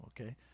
okay